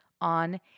on